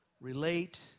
relate